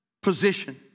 Position